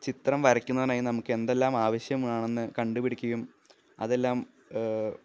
ചിത്രം വരക്കുന്നതിനായി നമുക്ക് എന്തെല്ലാം ആവശ്യമാണെന്നു കണ്ടുപിടിക്കുകയും അതെല്ലാം